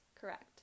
correct